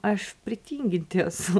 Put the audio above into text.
aš pritinginti esu